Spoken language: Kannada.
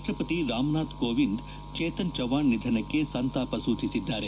ರಾಷ್ಟ್ರಪತಿ ರಾಮನಾಥ್ ಕೋವಿಂದ್ ಚೇತನ್ ಚವ್ಲಾಣ್ ನಿಧನಕ್ಲೆ ಸಂತಾಪ ಸೂಚಿಸಿದ್ದಾರೆ